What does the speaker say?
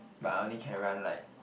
but I only can run like